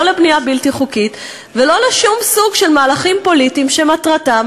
לא לבנייה בלתי חוקית ולא לשום סוג של מהלכים פוליטיים שמטרתם